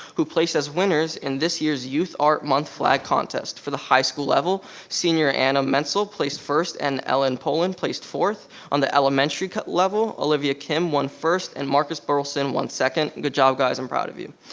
who placed as winners in this year's youth art month flag contest. for the high school level. senior anna mensel placed first, and ellen polan placed fourth. on the elementary level, olivia kim won first, and marcus burlson won second. good job, guys, i'm proud of you.